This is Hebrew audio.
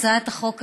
הצעת החוק הזאת,